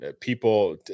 people